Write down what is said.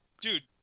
Dude